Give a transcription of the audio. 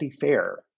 Fair